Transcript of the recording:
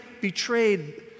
betrayed